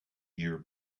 year